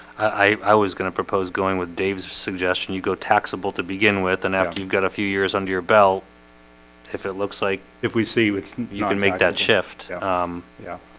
i was gonna propose going with dave's suggestion you go taxable to begin with and after you've got a few years under your belt if it looks like if we see with you can make that shift yeah,